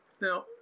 Now